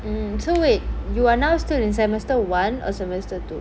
mm so wait you are now still in semester one or semester two